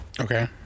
Okay